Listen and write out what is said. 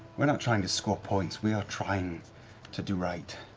we're not trying to score points, we are trying to do right.